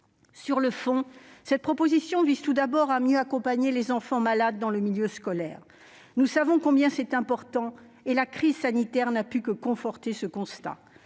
Sur le fond, cette proposition de loi vise tout d'abord à mieux accompagner les enfants malades dans le milieu scolaire. Nous savons combien c'est important. La crise sanitaire n'a fait que conforter ce constat.